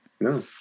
No